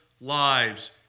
lives